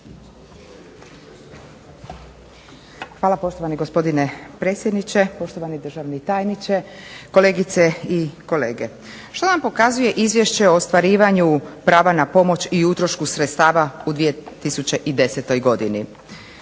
Hvala poštovani gospodine predsjedniče, poštovani državni tajniče, kolegice i kolege. Što nam pokazuje izvješće o ostvarivanju prava na pomoć i utrošku sredstava u 2010. godini?